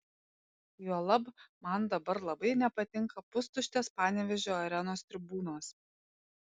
juolab man dabar labai nepatinka pustuštės panevėžio arenos tribūnos